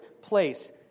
place